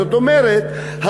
זאת אומרת,